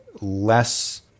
less